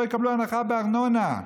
הנחה בארנונה.